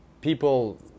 people